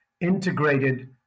integrated